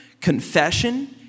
confession